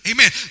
Amen